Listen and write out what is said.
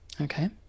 Okay